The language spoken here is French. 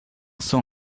saut